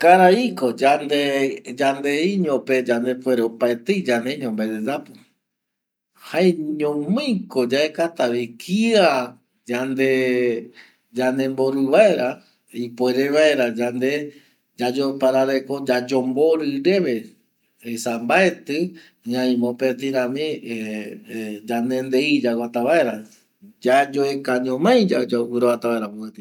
Garaiko yande yandeiño pe yande puere opaetei mbae yayapo jaeñomai ko yaekatavi kia yandembori vaera ipuere vaera yande yayoparareko yayembori reve esa mbaeti ñai mopetirami yandedei yaguata vaera yayueka ñumai yaguatavaera kuti rupi.